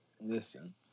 Listen